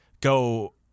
go